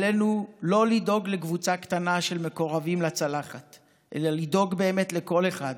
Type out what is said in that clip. עלינו לא לדאוג לקבוצה קטנה של מקורבים לצלחת אלא לדאוג באמת לכל אחד,